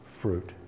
fruit